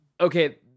Okay